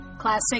Classic